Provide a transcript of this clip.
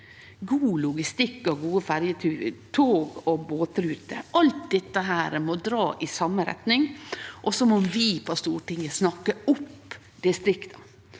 god logistikk og gode ferje-, tog- og båtruter. Alt dette må dra i same retning, og så må vi på Stortinget snakke opp distrikta.